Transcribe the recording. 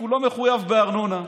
הוא לא מחויב בארנונה.